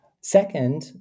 Second